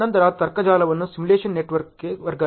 ನಂತರ ತರ್ಕ ಜಾಲವನ್ನು ಸಿಮ್ಯುಲೇಶನ್ ನೆಟ್ವರ್ಕ್ಗೆ ವರ್ಗಾಯಿಸಿ